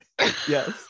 yes